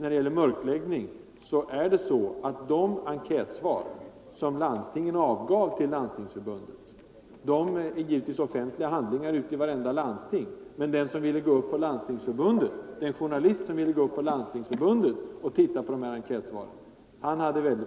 sedan gäller mörkläggningen är det så att enkätsvar som landstingen avgav till Landstingsförbundet gick ut som offentlig handling från vartenda landsting, men den journalist som ville gå upp till Landstingsförbundet och läsa enkätsvaren eller andra handlingar fick erfara att det var rätt besvärligt.